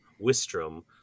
Wistrom